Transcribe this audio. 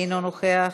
אינו נוכח.